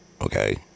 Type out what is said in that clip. Okay